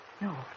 No